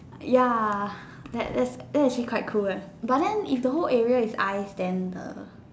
ya that that that actually quite cool right but then if the whole area is ice then err